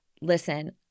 listen